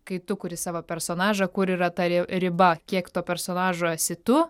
kai tu kuri savo personažą kur yra ta ri riba kiek to personažo esi tu